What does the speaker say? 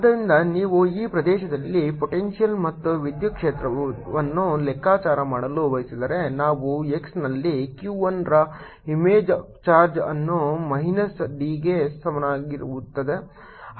ಆದ್ದರಿಂದ ನೀವು ಈ ಪ್ರದೇಶದಲ್ಲಿ ಪೊಟೆಂಶಿಯಲ್ ಮತ್ತು ವಿದ್ಯುತ್ ಕ್ಷೇತ್ರವನ್ನು ಲೆಕ್ಕಾಚಾರ ಮಾಡಲು ಬಯಸಿದರೆ ನಾವು x ನಲ್ಲಿ q 1 ರ ಇಮೇಜ್ ಚಾರ್ಜ್ ಅನ್ನು ಮೈನಸ್ d ಗೆ ಸಮನಾಗಿರುತ್ತದೆ